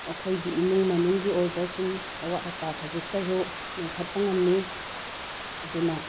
ꯑꯩꯈꯣꯏꯒꯤ ꯏꯃꯨꯡ ꯃꯅꯨꯡꯒꯤ ꯑꯣꯏꯕ ꯁꯨꯝ ꯑꯋꯥꯠ ꯑꯄꯥ ꯈꯖꯤꯛꯇꯁꯨ ꯃꯦꯟꯈꯠꯄ ꯉꯝꯃꯤ ꯑꯗꯨꯅ